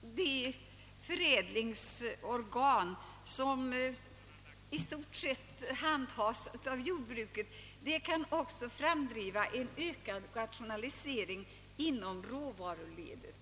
de förädlingsorgan som i stort sett handhas av jordbruket kan framdriva en ökad rationalisering i råvaruledet.